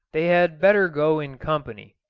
they had better go in company.